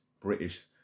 British